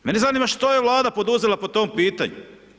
Mene zanima što je Vlada poduzela po tom pitanju?